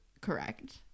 correct